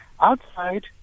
Outside